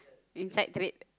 inside trade